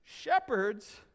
Shepherds